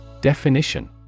Definition